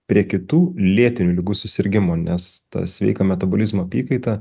prie kitų lėtinių ligų susirgimo nes ta sveika metabolizmo apykaita